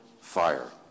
fire